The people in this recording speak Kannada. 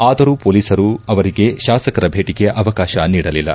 ಆದರೂ ಪೊಲೀಸರು ಅವರಿಗೆ ಶಾಸಕರ ಭೇಟಿಗೆ ಅವಕಾಶ ನೀಡಲಿಲ್ಲ